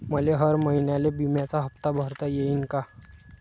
मले हर महिन्याले बिम्याचा हप्ता भरता येईन का?